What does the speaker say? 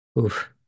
Oof